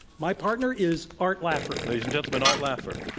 my partner is art laffer. ladies and gentlemen, art laffer.